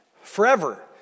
forever